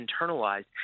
internalized